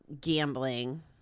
gambling